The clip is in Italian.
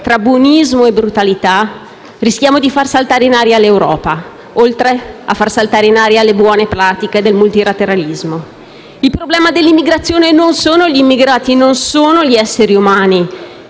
tra buonismo e brutalità, rischia di far saltare in aria l'Europa, oltre a far saltare in aria le buone pratiche del multilateralismo. Il problema dell'immigrazione non sono gli immigrati, non sono gli esseri umani.